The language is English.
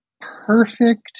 perfect